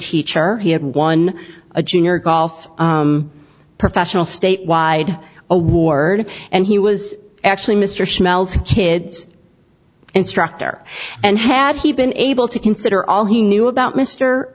teacher he had won a junior golf professional statewide award and he was actually mr chanel's kids instructor and had he been able to consider all he knew about m